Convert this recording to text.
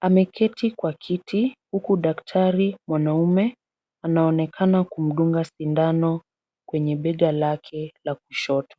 Ameketi kwa kiti huku daktari mwanaume anaonekana kumdunga sindano kwenye bega lake la kushoto.